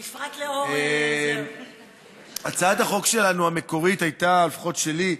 בפרט לאור, הצעת החוק המקורית שלנו, לפחות שלי,